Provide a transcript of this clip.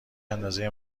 اندازه